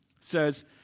says